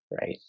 Right